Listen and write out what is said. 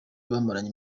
bamaranye